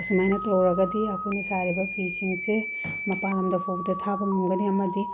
ꯑꯁꯨꯃꯥꯏꯅ ꯇꯧꯔꯒꯗꯤ ꯑꯩꯈꯣꯏꯅ ꯁꯥꯔꯤꯕ ꯐꯤꯁꯤꯡꯁꯦ ꯃꯄꯥꯟ ꯂꯝꯗꯐꯥꯎꯗ ꯊꯥꯕ ꯉꯝꯒꯅꯤ ꯑꯃꯗꯤ